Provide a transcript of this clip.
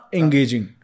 engaging